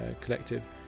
collective